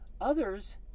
others